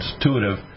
intuitive